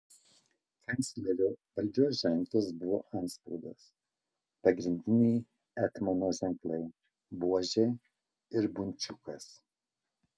kanclerio valdžios ženklas buvo antspaudas pagrindiniai etmono ženklai buožė ir bunčiukas